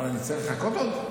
אבל אני אצטרך לחכות עוד?